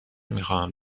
میخواهم